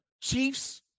Chiefs